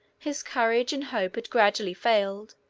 his courage and hope had gradually failed,